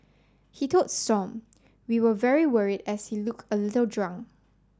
he told stomp we were very worried as he looked a little drunk